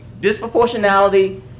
disproportionality